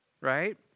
right